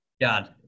God